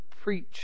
preach